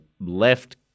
left